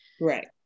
Right